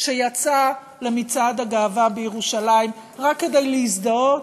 שיצאה למצעד הגאווה בירושלים רק כדי להזדהות,